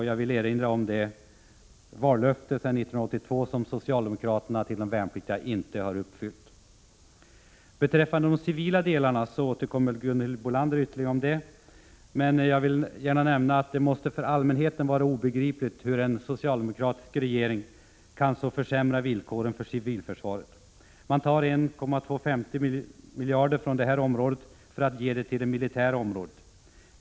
Jag vill erinra om att det vallöfte som socialdemokraterna gav de värnpliktiga 1982 inte har uppfyllts. Till de civila delarna återkommer Gunhild Bolander, men jag vill gärna nämna att det måste för allmänheten vara obegripligt hur en socialdemokratisk regering kan så försämra villkoren för civilförsvaret. Man tar 1 250 miljoner från det området för att ge det till det militära försvaret.